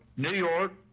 new york,